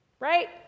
Right